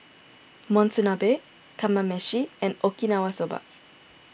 Monsunabe Kamameshi and Okinawa Soba